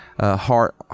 Heart